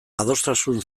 adostasun